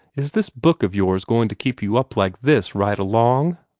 is this book of yours going to keep you up like this right along?